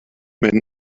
man